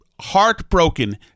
heartbroken